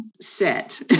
set